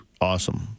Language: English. awesome